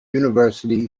university